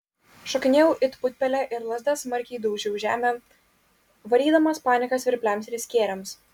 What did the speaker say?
šokinėjau it putpelė ir lazda smarkiai daužiau žemę varydamas paniką svirpliams ir skėriams